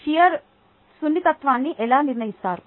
shear సున్నితత్వాన్ని ఎలా నిర్ణయిస్తాయి